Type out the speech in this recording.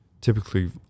typically